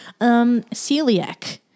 Celiac